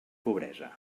pobresa